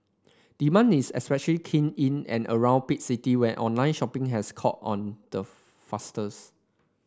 demand is especially keen in and around big city where online shopping has caught on the fastest